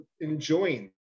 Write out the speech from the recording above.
enjoying